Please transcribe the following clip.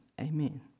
amen